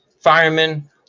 firemen